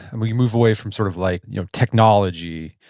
and we move away from sort of like you know technology,